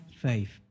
faith